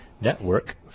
Network